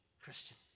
Christian